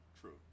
True